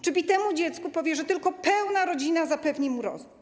Czy bitemu dziecku powie, że tylko pełna rodzina zapewni mu rozwój?